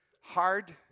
hard